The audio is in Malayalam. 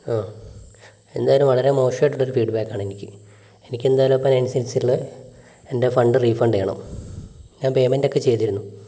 ആ എന്നാലും വളരെ മോശം ആയിട്ടുള്ള ഒരു ഫീഡ്ബാക്ക് ആണ് എനിക്ക് എനിക്കെന്തായലും അപ്പം അതിന് അനുസരിച്ചുള്ള എൻ്റെ ഫണ്ട് റീഫണ്ട് ചെയ്യണം ഞാൻ പെയ്മെൻറ്റ് ഒക്കെ ചെയ്തിരുന്നു